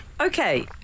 Okay